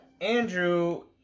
Andrew